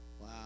Wow